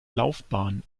laufbahn